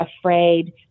afraid